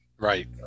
Right